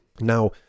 Now